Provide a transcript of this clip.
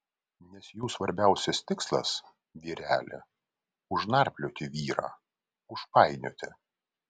nes jų svarbiausias tikslas vyreli užnarplioti vyrą užpainioti